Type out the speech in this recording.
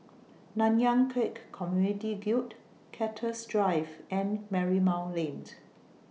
Nanyang Khek Community Guild Cactus Drive and Marymount Lane